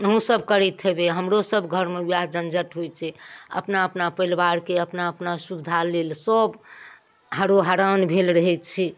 अहूँ सभ करैत हेबै हमरो सभ घरमे वएह झञ्झट होइ छै अपना अपना परिवारके अपना अपना सुबिधा लेल सभ हरोहरान भेल रहै छै